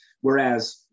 Whereas